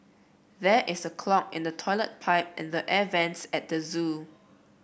there is a clog in the toilet pipe and the air vents at the zoo